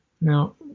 Now